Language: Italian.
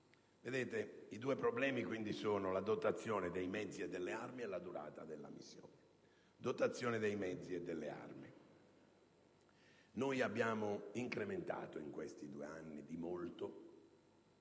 divisa. I due problemi quindi sono la dotazione dei mezzi e delle armi e la durata della missione.